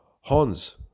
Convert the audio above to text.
Hans